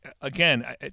again